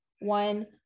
one